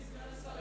אדוני סגן השר,